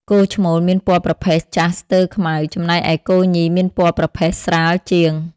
គោឈ្មោលមានពណ៌ប្រផេះចាស់ស្ទើរខ្មៅ ចំណែកឯគោញីមានពណ៌ប្រផេះស្រាលជាង។